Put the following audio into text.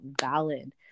valid